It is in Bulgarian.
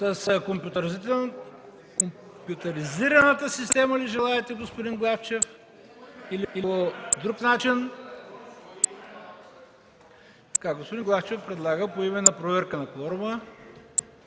С компютризираната система ли желаете, господин Главчев, или по друг начин? Господин Главчев предлага поименна проверка на кворума